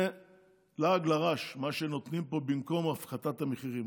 זה לעג לרש, מה שנותנים פה במקום הפחתת המחירים.